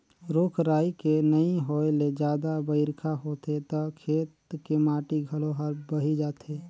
रूख राई के नइ होए ले जादा बइरखा होथे त खेत के माटी घलो हर बही जाथे